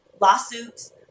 lawsuits